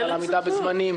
על עמידה בזמנים,